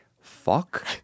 fuck